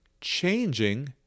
changing